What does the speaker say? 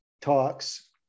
talks